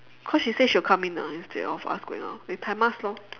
cause she say she will come in ah instead of us going out they time us lor